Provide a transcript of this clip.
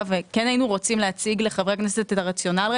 וכן היינו רוצים להציג לחברי הכנסת את הרציונל,